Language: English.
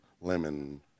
Lemon